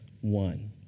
one